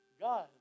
God